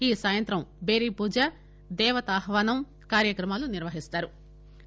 ఈ సాయంత్రం టేరీ పూజ దేవతాహ్వానం కార్యక్రమాలు నిర్వహిస్తారు